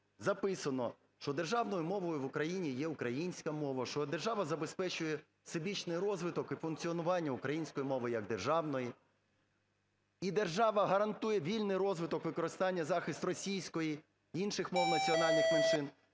записано, що державною мовою в Україні є українська мова, що держава забезпечує всебічний розвиток і функціонування української мови як державної, і держава гарантує вільний розвиток, використання, захист російської, інших мов національних меншин.